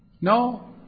No